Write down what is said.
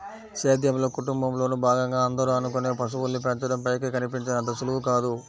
సేద్యంలో, కుటుంబంలోను భాగంగా అందరూ అనుకునే పశువుల్ని పెంచడం పైకి కనిపించినంత సులువు కాదు